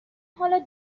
حال